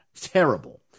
terrible